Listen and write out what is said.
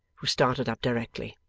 who started up directly.